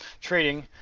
trading